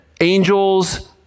angels